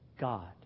God